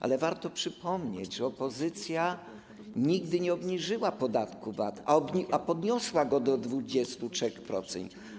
Ale warto przypomnieć, że opozycja nigdy nie obniżyła podatku VAT, a podniosła go do 23%.